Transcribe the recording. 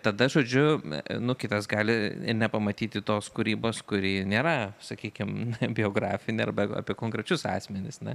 tada žodžiu nu kitas gali nepamatyti tos kūrybos kuri nėra sakykim biografinė arba apie konkrečius asmenis na